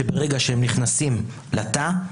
שברגע שהם נכנסים לתא,